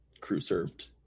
crew-served